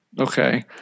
Okay